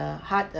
heart uh